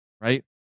Right